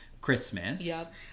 christmas